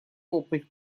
вопль